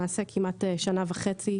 למעשה, ישבנו כמעט שנה וחצי.